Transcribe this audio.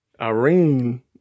Irene